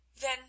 then